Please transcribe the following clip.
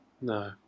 no